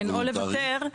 -- או לוותר,